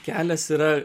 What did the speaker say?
kelias yra